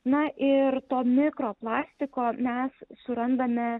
na ir to mikro plastiko mes surandame